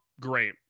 great